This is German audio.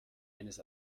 eines